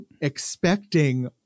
expecting